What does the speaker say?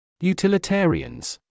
Utilitarians